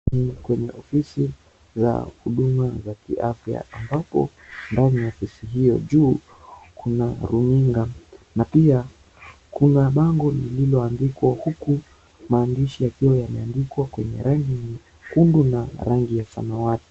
Ni kwenye ofisi za huduma za kiafya ambapo ndani ya ofisi hiyo juu kuna runinga na pia kuna bango lililoandikwa huku maandishi yakiwa yameandikwa kwa rangi nyekundu na rangi ya samawati.